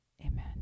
Amen